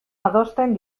adosten